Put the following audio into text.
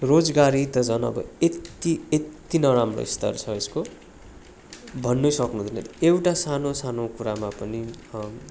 रोजगारी त झन् अब यति यति नराम्रो स्तर छ यसको भन्नै सक्नु हुँदैन एउटा सानो सानो कुरामा पनि